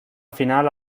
final